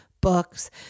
books